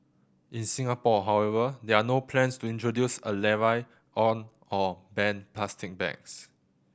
in Singapore however there are no plans to introduce a levy on or ban plastic bags